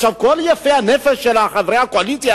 עכשיו, כל יפי הנפש מחברי הקואליציה